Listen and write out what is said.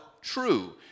true